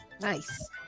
Nice